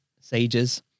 sages